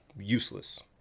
useless